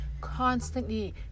constantly